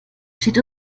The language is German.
steht